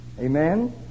amen